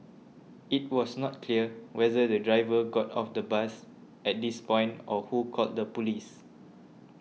it was not clear whether the driver got off the bus at this point or who called the police